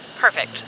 Perfect